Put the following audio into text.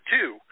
two